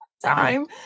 time